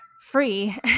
free